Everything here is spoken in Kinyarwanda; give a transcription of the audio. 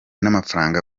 n’amafaranga